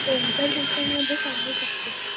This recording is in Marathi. दोन चार दिवसांमध्ये सांगू शकते